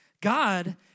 God